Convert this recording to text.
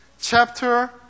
chapter